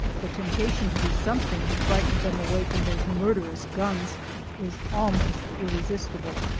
the temptation to do something to frighten them away from those murderous guns is almost irresistible.